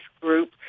group